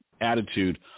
attitude